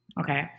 Okay